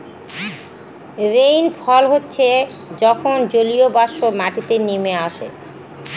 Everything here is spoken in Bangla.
রেইনফল হচ্ছে যখন জলীয়বাষ্প মাটিতে নেমে আসে